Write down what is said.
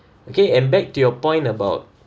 okay and back to your point about